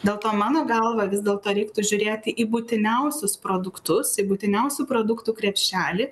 dėl to mano galva vis dėlto reiktų žiūrėti į būtiniausius produktus į būtiniausių produktų krepšelį